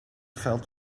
felt